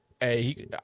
hey